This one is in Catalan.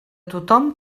tothom